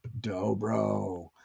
Dobro